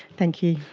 thank you.